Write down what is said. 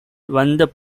வந்த